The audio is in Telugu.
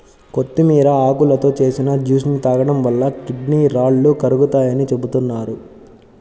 కొత్తిమీర ఆకులతో చేసిన జ్యూస్ ని తాగడం వలన కిడ్నీ రాళ్లు కరుగుతాయని చెబుతున్నారు